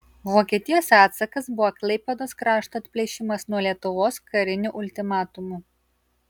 vokietijos atsakas buvo klaipėdos krašto atplėšimas nuo lietuvos kariniu ultimatumu